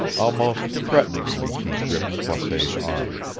almost threateningly he gripped croisset's arm.